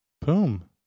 Boom